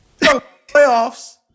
Playoffs